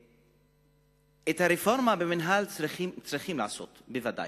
את הרפורמה במינהל צריכים לעשות בוודאי.